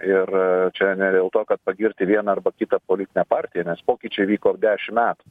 ir čia ne dėl to kad pagirti vieną arba kitą politinę partiją nes pokyčiai vyko dešim metų